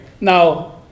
Now